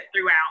throughout